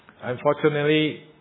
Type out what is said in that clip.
Unfortunately